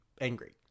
angry